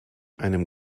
einem